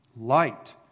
Light